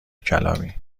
کلامی